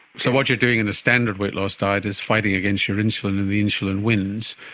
so what you're doing in a standard weight loss diet is fighting against your insulin and the insulin wins,